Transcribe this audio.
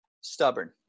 Stubborn